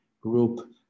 group